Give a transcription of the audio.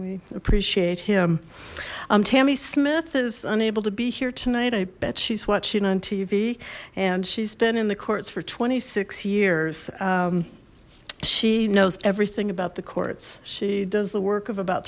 we appreciate him i'm tammy smith is unable to be here tonight i bet she's watching on tv and she's been in the courts for twenty six years she knows everything about the courts she does the work of about